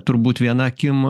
turbūt viena akim